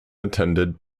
attended